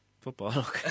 Football